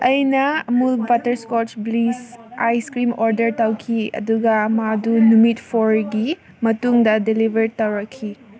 ꯑꯩꯅ ꯑꯃꯨꯜ butterscotch bliss ice cream order ꯇꯧꯈꯤ ꯑꯗꯨꯒ ꯃꯥꯗꯨ ꯅꯨꯃꯤꯠ ꯐꯣꯔꯒꯤ ꯃꯇꯨꯡꯗ ꯗꯤꯂꯤꯕꯔ ꯇꯧꯔꯛꯈꯤ